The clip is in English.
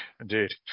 Indeed